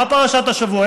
מה פרשת השבוע?